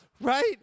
Right